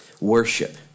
worship